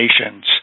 nations